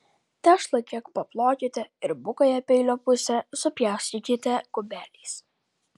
tešlą kiek paplokite ir bukąja peilio puse supjaustykite kubeliais